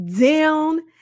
down